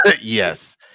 Yes